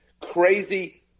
crazy